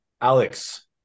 Alex